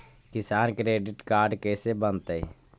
किसान credit card कैसे बनतै?